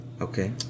Okay